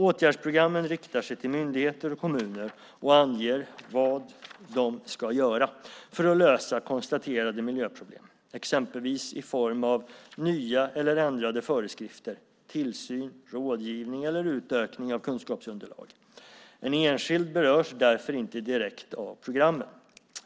Åtgärdsprogrammen riktar sig till myndigheter och kommuner och anger vad de ska göra för att lösa konstaterade miljöproblem, exempelvis i form av nya eller ändrade föreskrifter, tillsyn, rådgivning eller utökning av kunskapsunderlag. En enskild berörs därför inte direkt av programmen.